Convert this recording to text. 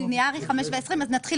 נתחיל